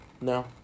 No